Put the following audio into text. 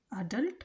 adult